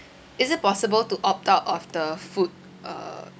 is it possible to opt out of the food uh